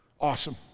awesome